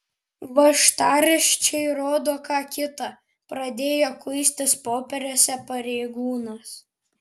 važtaraščiai rodo ką kita pradėjo kuistis popieriuose pareigūnas